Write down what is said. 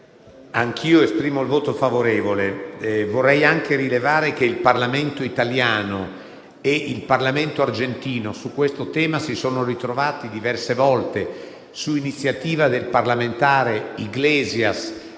sul provvedimento in esame. Vorrei rilevare che il Parlamento italiano e il Parlamento argentino su questo tema si sono ritrovati diverse volte su iniziativa del parlamentare Iglesias,